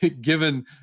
given